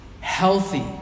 healthy